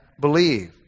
believe